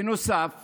בנוסף